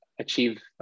achieve